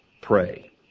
Pray